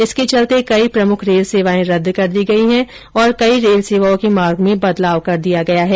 इसके चलते कई प्रमुख रेल सेवाएं रद्द कर दी गयी हैं और कई रेल सेवाओं के मार्ग में बदलाव कर दिया गया है